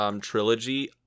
trilogy